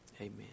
amen